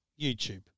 YouTube